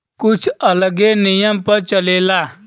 कुछ अलगे नियम पर चलेला